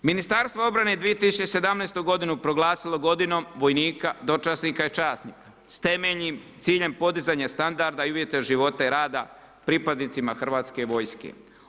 Ministarstvo obrane je 2017. godinu proglasilo godinom vojnika, dočasnika i časnika s temeljnim ciljem podizanja standarda i uvjeta života i rada pripadnicima Hrvatske vojske.